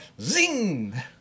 zing